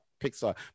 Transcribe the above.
Pixar